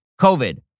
COVID